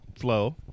flow